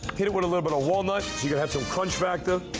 hit it with a little bit of walnut so you have some crunch factor.